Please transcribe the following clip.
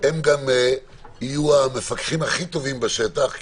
הם גם יהיו המפקחים הכי טובים בשטח,